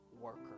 worker